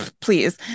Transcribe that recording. please